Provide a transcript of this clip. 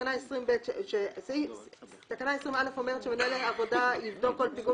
תקנה 20(א) אומרת: "מנהל העבודה יבדוק כל פיגום